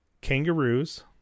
kangaroos